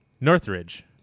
Northridge